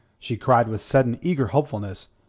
she cried with sudden eager hopefulness.